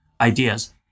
ideas